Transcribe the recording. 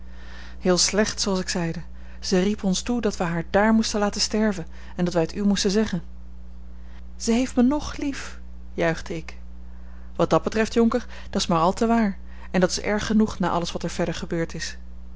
heel slecht zooals ik zeide zij riep ons toe dat wij haar dààr moesten laten sterven en dat wij het u moesten zeggen zij heeft mij ng lief juichte ik wat dat betreft jonker dat's maar al te waar en dat is erg genoeg na alles wat er verder gebeurd is